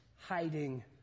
hiding